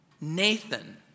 Nathan